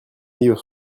livre